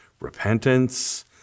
repentance